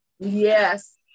Yes